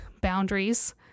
boundaries